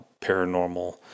paranormal